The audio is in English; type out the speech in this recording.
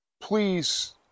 Please